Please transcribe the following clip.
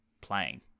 playing